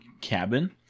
cabin